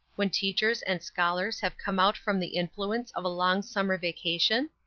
when teachers and scholars have come out from the influence of a long summer vacation?